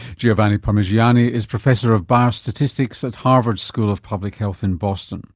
giovanni parmigiani is professor of biostatistics at harvard school of public health in boston